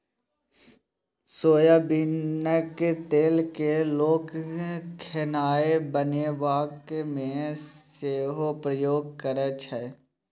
सोयाबीनक तेल केँ लोक खेनाए बनेबाक मे सेहो प्रयोग करै छै